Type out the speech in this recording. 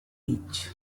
beach